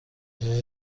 izi